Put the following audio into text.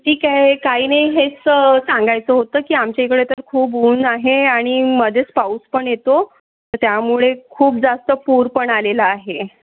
ठीक आहे काही नाही हेच सांगायचं होतं की आमच्या इकडे तर खूप ऊन आहे आणि मध्येच पाऊस पण येतो त्यामुळे खूप जास्त पूर पण आलेला आहे